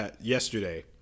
yesterday